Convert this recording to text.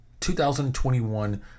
2021